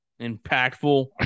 impactful